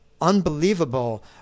unbelievable